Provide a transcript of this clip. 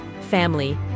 family